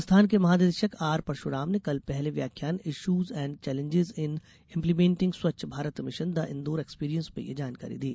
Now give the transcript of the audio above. संस्थान के महानिदेशक आर परशुराम ने कल पहले व्याख्यान issues and challenges in implementing Swachh Bharat mission the Indore experience में यह जानकारी दी